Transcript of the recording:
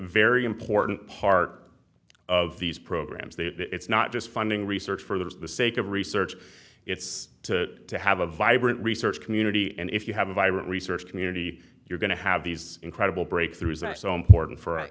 very important part of these programs that it's not just funding research for the sake of research it's to to have a vibrant research community and if you have a vibrant research community you're going to have these incredible breakthroughs that are so important for